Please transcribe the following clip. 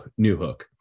Newhook